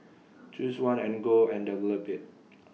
choose one and go and develop IT